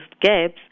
gaps